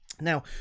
Now